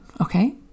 okay